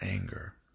anger